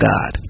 God